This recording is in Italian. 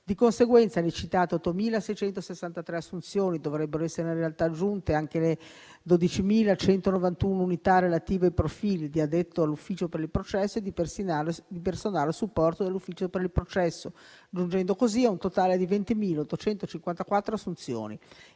Di conseguenza, alle citate 8.663 assunzioni dovrebbero essere in realtà aggiunte anche le 12.191 unità relative ai profili di addetto all'ufficio per il processo e di personale a supporto dell'ufficio per il processo, giungendo così a un totale di 20.854 assunzioni.